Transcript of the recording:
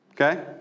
Okay